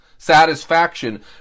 Satisfaction